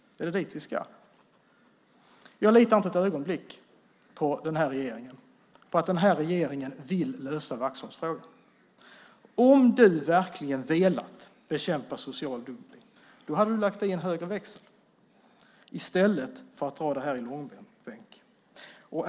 Är det dit vi ska? Jag litar inte ett ögonblick på att den här regeringen vill lösa Vaxholmsfrågan. Om Sven Otto Littorin verkligen hade velat bekämpa social dumpning hade han lagt i en högre växel i stället för att dra detta i långbänk.